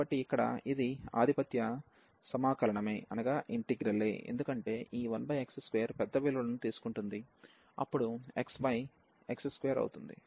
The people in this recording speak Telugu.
కాబట్టి ఇక్కడ ఇది ఆధిపత్య సమాకలనమే ఎందుకంటే ఈ 1x2 పెద్ద విలువలను తీసుకుంటుంది అప్పుడు x x2అవుతుంది